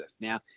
Now